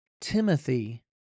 Timothy